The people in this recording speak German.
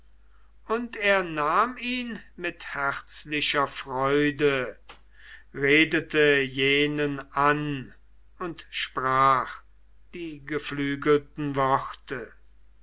und er nahm ihn mit herzlicher freude redete jenen an und sprach die geflügelten worte